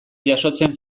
jasotzen